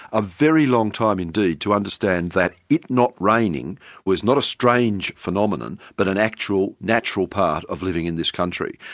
a very long time indeed to understand that it not raining was not a strange phenomenon, but an actual natural part of living in this country.